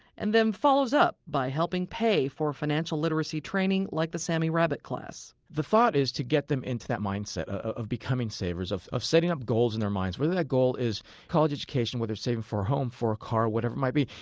and then follows up by helping pay for financial literacy training like the sammy rabbit class the thought is to get them into that mindset ah of becoming savers, of of setting up goals in their minds whether that goal is college education, whether it's saving for a home, for a car, whatever it might be,